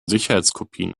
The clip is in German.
sicherheitskopien